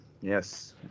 yes